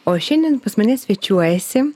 o šiandien pas mane svečiuojasi